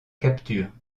capture